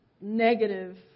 negative